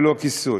ללא כיסוי.